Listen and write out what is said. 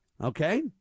okay